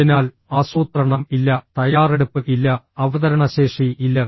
അതിനാൽ ആസൂത്രണം ഇല്ല തയ്യാറെടുപ്പ് ഇല്ല അവതരണശേഷി ഇല്ല